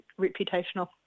reputational